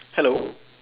hello